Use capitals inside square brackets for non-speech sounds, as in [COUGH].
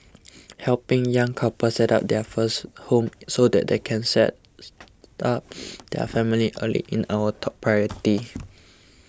helping young couples set up their first home so that they can start [NOISE] their family early in our top [NOISE] priority